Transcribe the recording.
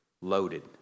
loaded